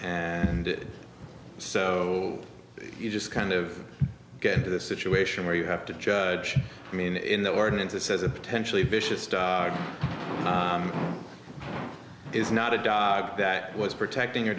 and so you just kind of get into the situation where you have to judge i mean in the ordinance that says a potentially vicious is not a dog that was protecting your